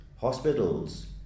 Hospitals